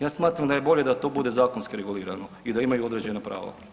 Ja smatram da je bolje da to bude zakonski regulirano i da imaju određena prava.